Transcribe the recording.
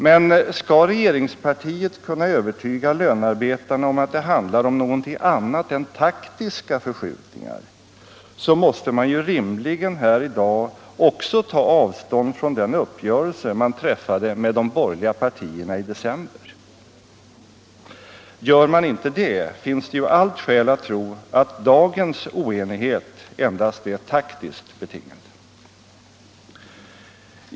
Men skall regeringspartiet kunna övertyga lönearbetarna om att det handlar om någonting annat än taktiska förskjutningar, så måste man ju rimligen här i dag också ta avstånd från den uppgörelse man träffade med de borgerliga partierna i december. Gör man inte det finns det ju allt skäl att tro att dagens oenighet endast är taktiskt betingad.